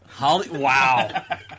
Wow